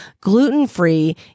gluten-free